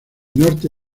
norte